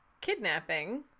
kidnapping